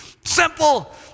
simple